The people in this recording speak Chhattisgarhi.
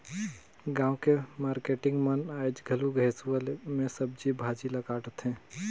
गाँव के मारकेटिंग मन आयज घलो हेसुवा में सब्जी भाजी ल काटथे